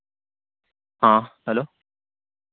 ആ ഹലോ